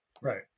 Right